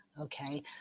okay